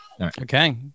Okay